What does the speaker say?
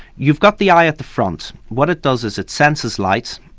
you've got the eye at the front, what it does is it senses light,